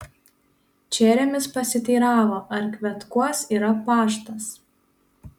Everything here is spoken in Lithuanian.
čeremis pasiteiravo ar kvetkuos yra paštas